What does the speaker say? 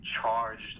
charged